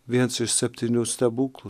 viens iš septynių stebuklų